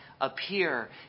appear